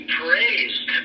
praised